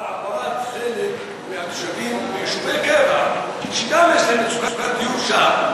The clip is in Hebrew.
על העברת חלק מהתושבים שיש להם מצוקת דיור ליישובי קבע,